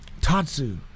Tatsu